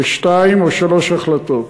בשתיים או שלוש החלטות: